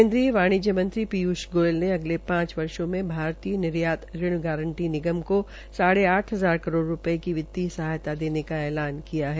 केन्द्रीय वाणिज्य पीयूष गोयल ने अगले पांच वर्षो में भारतीय निर्यात ऋण गांरटी निगम को साढ़ आठ हज़ार करोड़ रूपये की वित्तीय सहायता देने का ऐलान किया है